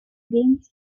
against